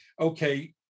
okay